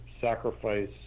sacrifice